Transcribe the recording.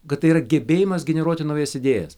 kad tai yra gebėjimas generuoti naujas idėjas